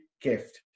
gift